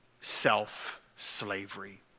self-slavery